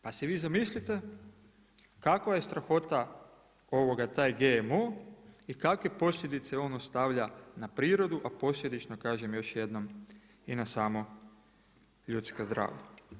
Pa si vi zamislite kakva je strahota taj GMO i kakve posljedice on ostavlja na prirodu, a posljedično kažem još jednom i na samo ljudsko zdravlje.